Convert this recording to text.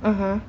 (uh huh)